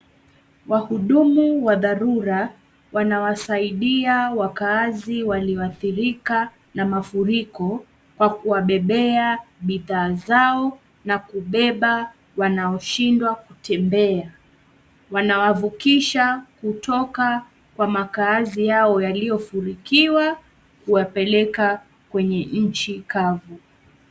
Wahudumu wa dharura, wanawasaidia wakaazi walioadhirika, na mafuriko, kwa kuwabebea, bidhaa zao, na kubeba, wanaoshindwa kutembea, wanawavukisha, kutoka, kwa makaazi yao yaliyofurikiwa, kuwapeleka, kwenye nchi kavu.